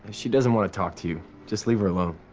she doesn't wanna talk to you. just leave her alone.